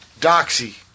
doxy